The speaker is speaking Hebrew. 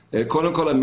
קודם כל, הנקודה הראשונה.